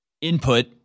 input